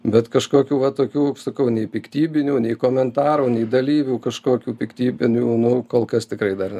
bet kažkokių va tokių sakau nei piktybinių nei komentarų nei dalyvių kažkokių piktybinių nu kol kas tikrai dar ne